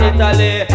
Italy